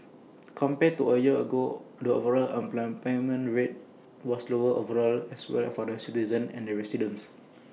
compared to A year ago the overall unemployment rate was lower overall as well as for both citizens and residents